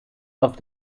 auf